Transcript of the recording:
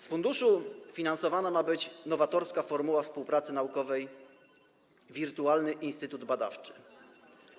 Z funduszu finansowana ma być nowatorska formuła współpracy narodowej: wirtualny instytut badawczy.